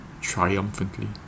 triumphantly